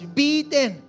beaten